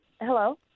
Hello